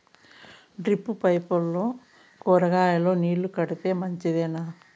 Drip పైపుల్లో కూరగాయలు నీళ్లు కడితే మంచిదేనా?